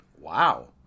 Wow